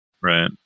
Right